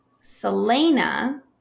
Selena